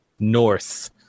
north